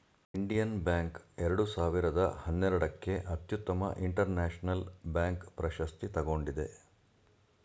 Indian bank ಎರಡು ಸಾವಿರದ ಹನ್ನೆರಡಕ್ಕೆ ಅತ್ಯುತ್ತಮ ಇಂಟರ್ನ್ಯಾಷನಲ್ ಬ್ಯಾಂಕ್ ಪ್ರಶಸ್ತಿ ತಗೊಂಡಿದೆ